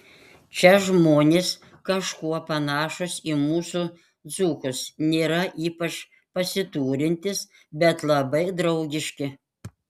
čia žmonės kažkuo panašūs į mūsų dzūkus nėra ypač pasiturintys bet labai draugiški